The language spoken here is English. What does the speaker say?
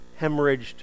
hemorrhaged